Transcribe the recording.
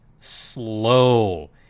slow